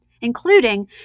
including